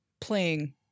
playing